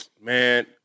Man